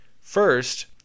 First